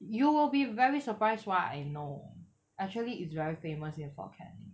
you will be very surprised why I know actually it's very famous in fort canning